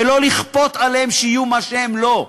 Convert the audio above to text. ולא לכפות עליהם להיות מה שהם לא,